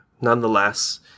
nonetheless